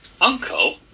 Uncle